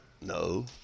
No